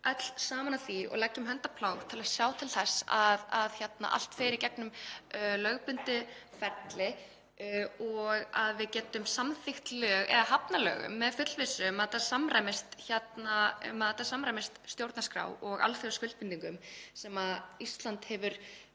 öll saman að því og leggjum hönd á plóg til að sjá til þess að allt fari í gegnum lögbundið ferli og að við getum samþykkt lög eða hafnað lögum með fullvissu um að þetta samræmist stjórnarskrá og alþjóðaskuldbindingum sem Ísland hefur